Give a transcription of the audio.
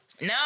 No